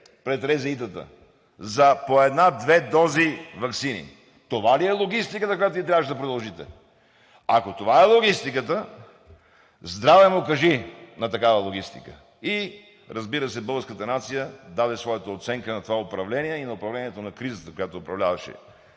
пред РЗИ-тата за по една-две дози ваксини. Това ли е логистиката, която Вие трябваше да продължите?! Ако това е логистиката, здраве му кажи на такава логистика. Разбира се, българската нация даде своята оценка на това управление и на управлението на кризата, която управляваше